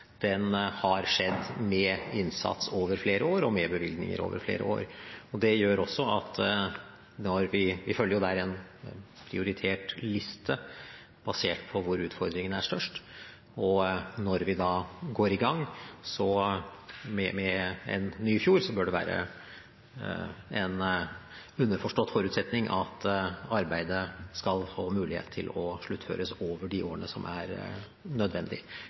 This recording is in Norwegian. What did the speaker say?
har skjedd med innsats over flere år og med bevilgninger over flere år. Vi følger der en prioritert liste basert på hvor utfordringene er størst, og når vi går i gang med en ny fjord, bør det være en underforstått forutsetning at arbeidet skal få mulighet til å sluttføres over de årene som er nødvendig.